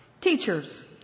Teachers